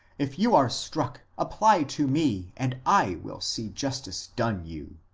if you are struck apply to me, and i will see justice done you.